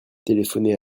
téléphonez